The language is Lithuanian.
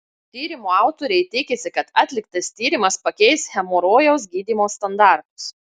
tyrimo autoriai tikisi kad atliktas tyrimas pakeis hemorojaus gydymo standartus